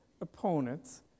opponent's